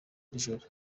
n’ijoro